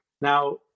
Now